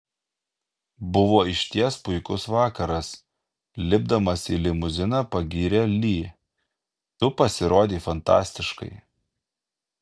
buvo išties puikus vakaras lipdamas į limuziną pagyrė li tu pasirodei fantastiškai